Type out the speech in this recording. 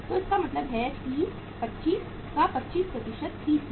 तो इसका मतलब है 30 25 का 25 30 में